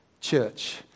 church